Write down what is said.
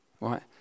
right